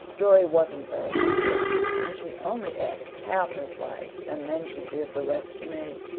dora wasn't very hungry and she only et half her slice and then she give the rest to me.